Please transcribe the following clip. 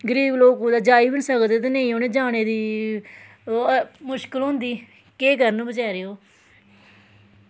गरीब लोग कुतै जाई बी निं सकदे ते नेईं उनें जाने दी मुशकल होंदी केह् करन बचैरे